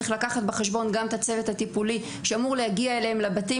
צריך לקחת בחשבון גם את הצוות הטיפולי שאמור להגיע אליהם לבתים,